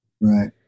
Right